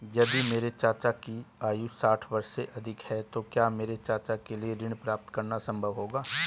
यदि मेरे चाचा की आयु साठ वर्ष से अधिक है तो क्या मेरे चाचा के लिए ऋण प्राप्त करना संभव होगा?